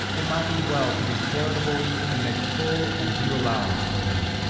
it might be well to be charitable and make full and due allowance for them.